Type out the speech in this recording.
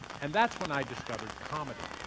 and that's when i discovered comedy.